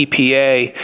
EPA